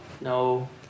no